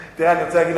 לנושא.